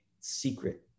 secret